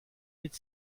could